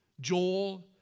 Joel